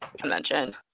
convention